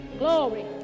Glory